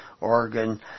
Oregon